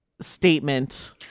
statement